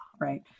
right